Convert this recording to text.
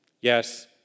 Yes